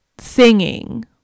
singing